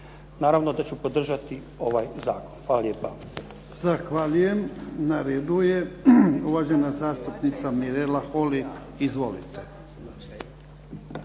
Naravno da ću podržati ovaj zakon. Hvala lijepa.